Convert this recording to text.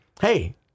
hey